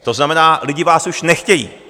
To znamená, lidi vás už nechtějí.